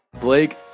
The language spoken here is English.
Blake